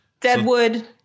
Deadwood